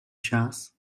čas